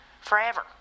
forever